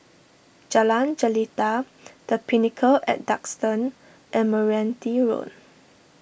Jalan Jelita the Pinnacle at Duxton and Meranti Road